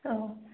অঁ